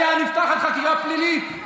הייתה נפתחת חקירה פלילית.